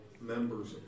members